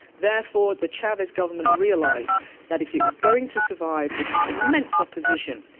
therefore, the chavez government realised that if it was going to survive this immense opposition,